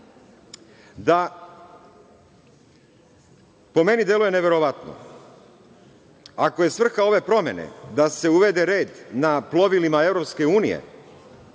da po meni deluje neverovatno, ako je svrha ove promene da se uvede red na plovilima EU,